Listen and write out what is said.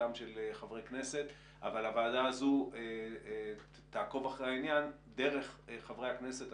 חברי הכנסת אבל הוועדה הזאת תעקוב אחרי העניין דרך חברי הכנסת.